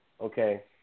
Okay